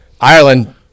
ireland